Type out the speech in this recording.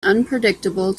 unpredictable